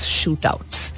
shootouts